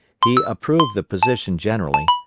he approved the position generally,